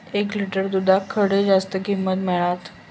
एक लिटर दूधाक खडे जास्त किंमत मिळात?